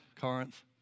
Corinth